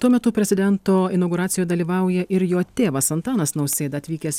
tuo metu prezidento inauguracijoj dalyvauja ir jo tėvas antanas nausėda atvykęs